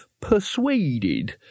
persuaded